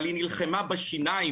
אבל היא נלחמה בשיניים,